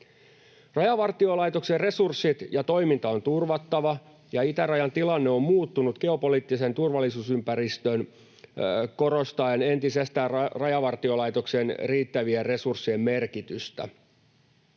Rajavartiolaitoksen resurssit ja toiminta on turvattava. Itärajan tilanne on muuttanut geopoliittista turvallisuusympäristöä korostaen entisestään Rajavartiolaitoksen riittävien resurssien merkitystä.